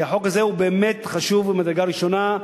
כי החוק הזה הוא באמת חשוב וממדרגה ראשונה,